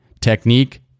technique